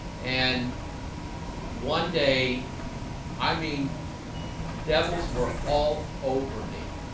and one day i mean devils were all over me